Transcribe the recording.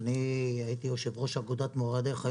הייתי יושב-ראש אגודת מורי הדרך,